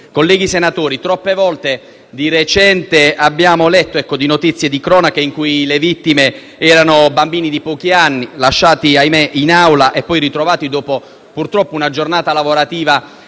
Colleghi senatori, troppe volte di recente abbiamo letto notizie di cronaca le cui vittime erano bambini di pochi anni, lasciati - ahimè - in auto e ritrovati purtroppo dopo una giornata lavorativa